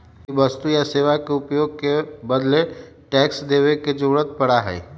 कोई वस्तु या सेवा के उपभोग के बदले टैक्स देवे के जरुरत पड़ा हई